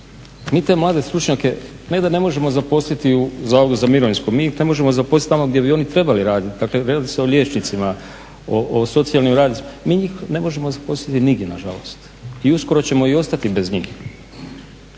mi te mlade stručnjake ne da ne možemo zaposliti u Zavodu za mirovinsko mi ih ne možemo zaposliti tamo gdje bi oni trebali raditi. Dakle, radi se o liječnicima, o socijalnim radnicima, mi njih ne možemo zaposliti nigdje nažalost. I uskoro ćemo i ostati bez njih.